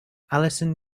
alison